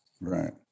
Right